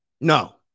No